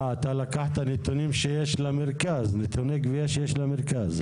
אה, אתה לקחת נתוני גבייה שיש למרכז.